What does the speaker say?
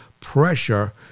pressure